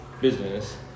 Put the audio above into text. business